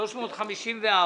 עמוד 354,